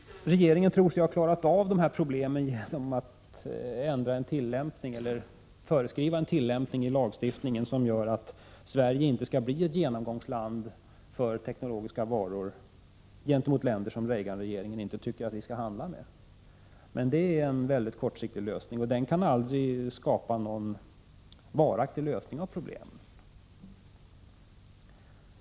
Regeringen trodde sig ha klarat av dessa problem genom att föreskriva en sådan tillämpning av lagstiftningen att Sverige inte skulle bli ett genomgångsland för högteknologiska varor gentemot länder som Reagan-regeringen inte tycker att vi skall handla med. Men detta är en kortsiktig politik, och den kan aldrig skapa någon varaktig lösning av problemet.